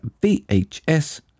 VHS